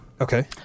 Okay